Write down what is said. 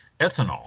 ethanol